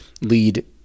lead